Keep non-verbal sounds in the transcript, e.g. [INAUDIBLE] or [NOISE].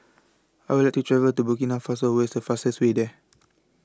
I Would like to travel to Burkina Faso Where IS The fastest Way There [NOISE]